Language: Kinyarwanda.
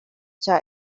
cya